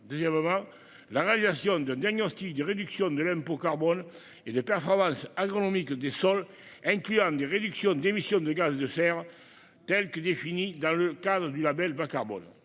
Deuxièmement. La réalisation d'un diagnostic de réduction de l'impôt carbone et des performances agronomiques des sols incluant des réductions d'émissions de gaz de serre. Tels que définis dans le cadre du Label bas-carbone.